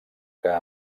que